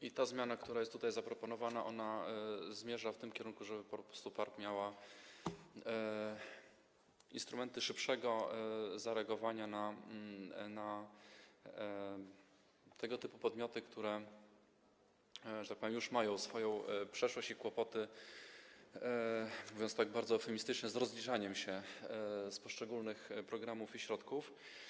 I ta zmiana, która jest tutaj zaproponowana, zmierza w tym kierunku, żeby po prostu PARP miała instrumenty szybszego reagowania na tego typu podmioty, które, że tak powiem, już mają swoją przeszłość i kłopoty, mówiąc tak bardzo eufemistycznie, z rozliczaniem się z poszczególnych programów i środków.